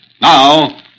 Now